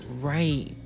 right